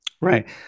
Right